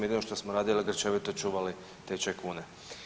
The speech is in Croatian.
Jedino što smo radili grčevito čuvali tečaj kune.